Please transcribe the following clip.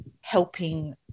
helping